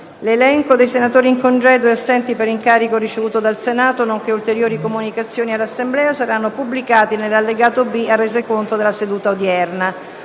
L'elenco dei senatori in congedo e assenti per incarico ricevuto dal Senato, nonché ulteriori comunicazioni all'Assemblea saranno pubblicati nell'allegato B al Resoconto della seduta odierna.